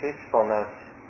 peacefulness